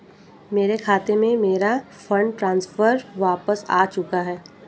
मेरे खाते में, मेरा फंड ट्रांसफर वापस आ चुका है